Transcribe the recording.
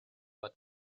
but